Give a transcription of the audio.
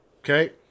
Okay